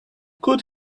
could